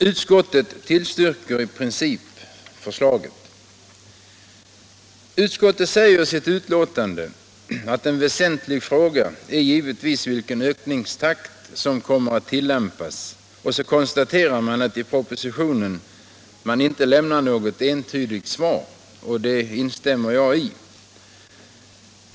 Utskottet tillstyrker i princip förslaget och säger i sitt betänkande att en väsentlig fråga är givetvis vilken ökningstakt som kommer att tilllämpas. Utskottet konstaterar att propositionen inte lämnar något entydigt svar, och det instämmer jag i.